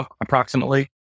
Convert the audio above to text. approximately